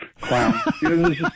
clown